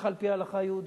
ככה על-פי ההלכה היהודית,